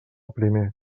primer